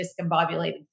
discombobulated